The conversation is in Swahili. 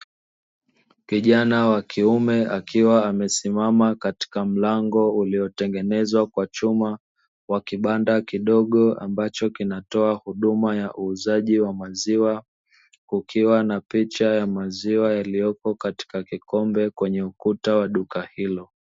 Kijana wakiume akiwa amesimama katika mlango uliotengenezwa kwa chuma, na kibanda kidogo ambacho kinatoa huduma ya uuzaji maziwa kukiwa na picha ya maziwa yaliyopo katika vikombe kwenye ukuta wa duka hilo.